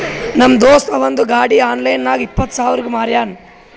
ನಮ್ ದೋಸ್ತ ಅವಂದ್ ಗಾಡಿ ಆನ್ಲೈನ್ ನಾಗ್ ಇಪ್ಪತ್ ಸಾವಿರಗ್ ಮಾರ್ಯಾನ್